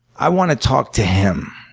i want to talk to him.